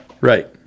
Right